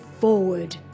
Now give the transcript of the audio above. Forward